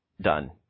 Done